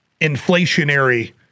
inflationary